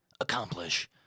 accomplish